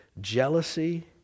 jealousy